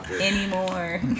anymore